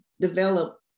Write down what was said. develop